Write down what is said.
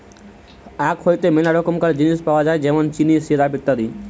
আখ হইতে মেলা রকমকার জিনিস পাওয় যায় যেমন চিনি, সিরাপ, ইত্যাদি